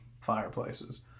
fireplaces